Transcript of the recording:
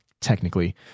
technically